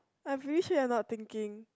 I am pretty sure I am not thinking